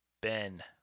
Ben